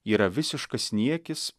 yra visiškas niekis